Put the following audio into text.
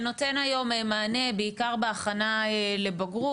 שנותן היום מענה בעיקר בהכנה לבגרות.